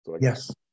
Yes